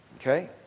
Okay